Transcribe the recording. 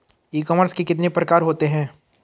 ई commerce के कितने प्रकार होते हैं?